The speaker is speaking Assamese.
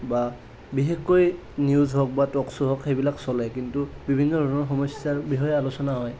বা বিশেষকৈ নিউজ হওক বা টক শ্ব' হওক সেইবিলাক চলে কিন্তু বিভিন্ন ধৰণৰ সমস্যাৰ বিষয়ে আলোচনা হয়